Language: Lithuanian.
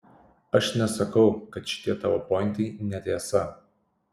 aš nesakau kad šitie tavo pointai netiesa